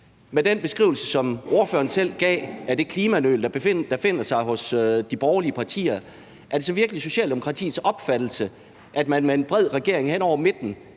Med den beskrivelse, som ordføreren selv gav, af det klimanøl, der er at finde hos de borgerlige partier, er det så virkelig Socialdemokratiets opfattelse, at man med en bred regering hen over midten